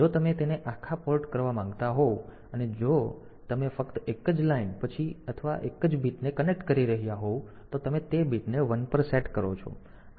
જો તમે તેને આખા પોર્ટ માટે કરવા માંગતા હોવ અને જો તમે ફક્ત એક જ લાઇન પછી અથવા એક જ બીટને કનેક્ટ કરી રહ્યાં હોવ તો તમે તે બીટને 1 પર સેટ કરો છો